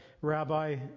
Rabbi